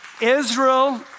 Israel